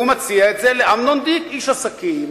והוא מציע את זה לאמנון דיק, איש עסקים,